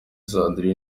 sandrine